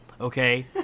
Okay